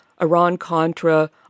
Iran-Contra